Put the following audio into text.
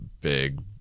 big